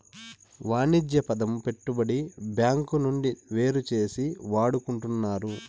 వాణిజ్య పదము పెట్టుబడి బ్యాంకు నుండి వేరుచేసి వాడుకుంటున్నారు